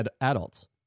adults